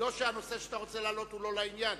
לא שהנושא שאתה רוצה להעלות הוא לא לעניין.